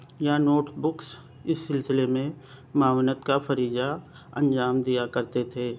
یا notebooks اس سلسلے میں معاونت کا فریضہ انجام دیا کرتے تھے